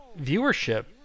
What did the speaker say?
viewership